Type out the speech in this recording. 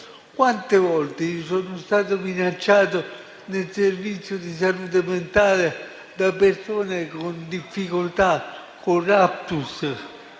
Quante volte sono stato minacciato nel servizio di salute mentale da persone con difficoltà, per un *raptus*